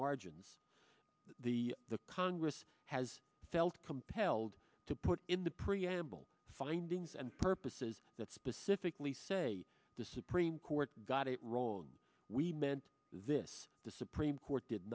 margins the the congress has felt compelled to put in the preamble findings and purposes that specifically say supreme court got a role and we meant this the supreme court did